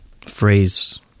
phrase